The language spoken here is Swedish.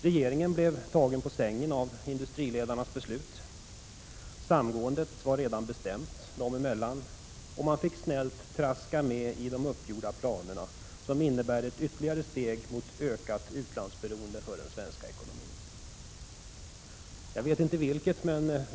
Regeringen blev tagen på sängen av industriledarnas beslut; samgåendet var redan bestämt dem emellan, och regeringen fick snällt traska med bakom de uppgjorda planerna, som innebär ett ytterligare steg mot ökat utlandsberoende för den svenska ekonomin.